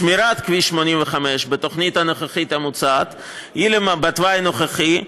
שמירת כביש 85 בתוכנית הנוכחית המוצעת היא בתוואי הנוכחי,